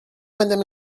madame